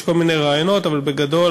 יש כל מיני רעיונות, אבל בגדול,